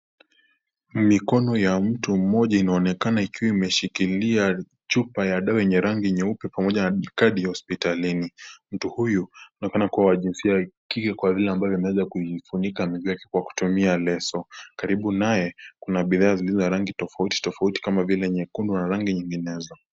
Mikono ya mtu mmoja inaonekana ikiwa imeshikilia chupa ya dawa yenye rangi nyeupe pamoja na kadi ya hospitalini. Mtu huyu anaonekana kuwa wa jinsia ya kike kwa vile ambavyo ameweza kufunika miguu yake kwa kutumia leso. Karibu naye kuna bidhaa zilizo na rangi tofauti kama vile nyekundu na rangi nyinginezo.